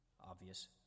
Obvious